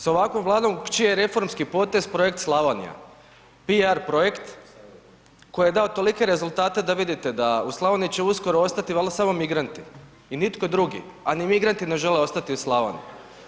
S ovakvom vladom čiji je reformski potez projekt Slavonija, PR projekt, koji je dao tolike rezultate, da vidite, da u Slavoniji će uskoro ostati valjda samo migranti i nitko drugi, a ni migranti ne žele ostati u Slavoniji.